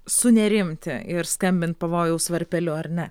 sunerimti ir skambint pavojaus varpeliu ar ne